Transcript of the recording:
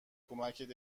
کمکت